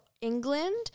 England